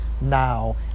now